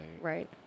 Right